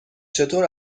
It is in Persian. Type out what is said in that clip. چطور